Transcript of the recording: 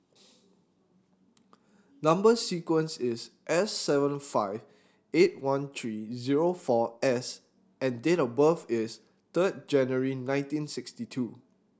number sequence is S seven five eight one three zero four S and date of birth is third January nineteen sixty two